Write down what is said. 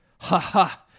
ha-ha